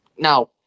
Now